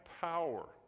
power